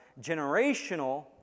generational